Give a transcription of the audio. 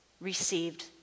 received